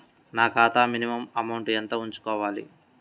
నా ఖాతా minimum amount ఎంత ఉంచుకోవాలి?